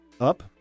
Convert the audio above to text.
up